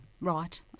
Right